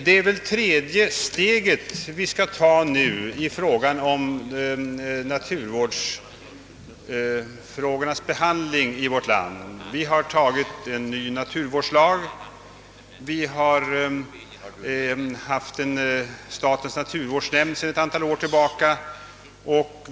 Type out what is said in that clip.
Vi skall nu ta tredje steget i behandlingen av naturvårdsfrågorna här i landet. Förut har vi antagit en ny naturvårdslag, och vi har sedan ett antal år ett centralt statsorgan, statens naturvårdsnämnd.